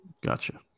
Gotcha